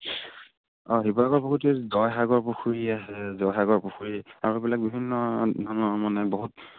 অঁ শিৱসাগৰ পুখুৰীটো জয়সাগৰ পুখুৰী আছে জয়সাগৰ পুখুৰী আৰু এইবিলাক বিভিন্ন ধৰণৰ মানে বহুত